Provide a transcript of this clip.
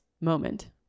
moment